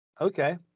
Okay